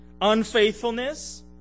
unfaithfulness